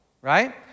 right